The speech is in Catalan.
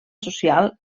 social